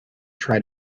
try